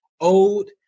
old